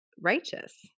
righteous